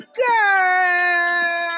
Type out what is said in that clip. girl